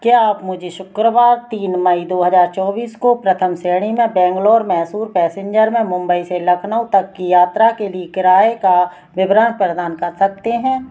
क्या आप मुझे शुक्रवार तीन मई दो हज़ार चौबीस को प्रथम श्रेणी में बैंगलोर मैसूर पैसेन्जर में मुम्बई से लखनऊ तक की यात्रा के लिए किराए का विवरण प्रदान कर सकते हैं